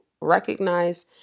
recognize